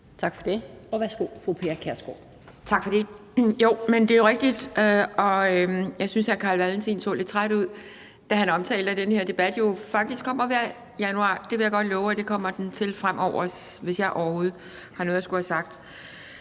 Pia Kjærsgaard. Kl. 12:27 Pia Kjærsgaard (DF): Tak for det. Jo, det er jo rigtigt, og jeg synes, hr. Carl Valentin så lidt træt ud, da han omtalte, at den her debat jo faktisk kommer hver januar. Det vil jeg godt love at den kommer til fremover, hvis jeg overhovedet har noget at skulle have sagt.